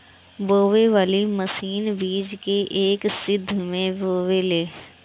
बोवे वाली मशीन बीज के एक सीध में बोवेले